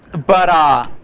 but